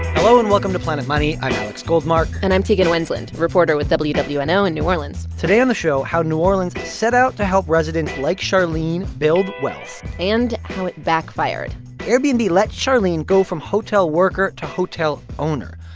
hello, and welcome to planet money. i'm alex goldmark and i'm tegan wendland, reporter with wwno wwno in new orleans today on the show, how new orleans set out to help residents like charlene build wealth and how it backfired airbnb let charlene go from hotel worker to hotel owner.